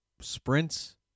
sprints